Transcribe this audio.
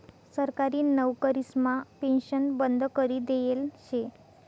सरकारी नवकरीसमा पेन्शन बंद करी देयेल शे